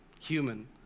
human